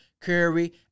Curry